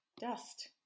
Dust